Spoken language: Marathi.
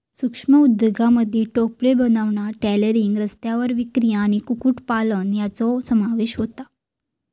सूक्ष्म उद्योगांमध्ये टोपले बनवणा, टेलरिंग, रस्त्यावर विक्री आणि कुक्कुटपालन यांचो समावेश होता